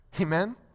Amen